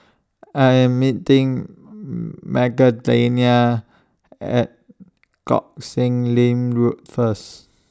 I Am meeting Magdalena At Koh Sek Lim Road First